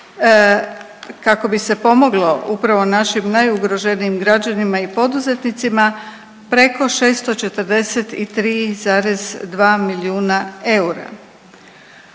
kako bi se pomoglo upravo našim najugroženijim građanima i poduzetnicima preko 643,2 milijuna eura.